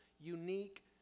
unique